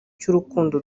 cy’urukundo